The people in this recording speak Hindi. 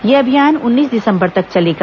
यह अभियान उन्नीस दिसंबर तक चलेगा